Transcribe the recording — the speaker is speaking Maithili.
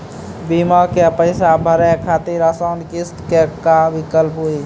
बीमा के पैसा भरे खातिर आसान किस्त के का विकल्प हुई?